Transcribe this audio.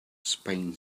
spain